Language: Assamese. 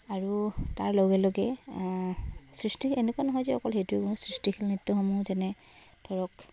আৰু তাৰ লগে লগে সৃষ্টিশীল এনেকুৱা নহয় য়ে অকল সেইটোৱে সৃষ্টিশীল নৃত্যসমূহ যেনে ধৰক